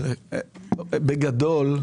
בגדול,